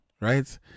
right